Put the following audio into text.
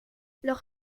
leur